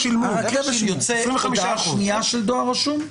יוצאת הודעה שניה של דואר רשום?